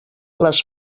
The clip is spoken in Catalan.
les